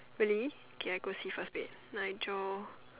really K I go see first wait Nigel